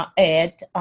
um at,